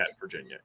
Virginia